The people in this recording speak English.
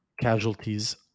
casualties